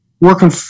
working